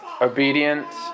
Obedience